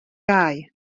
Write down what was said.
gau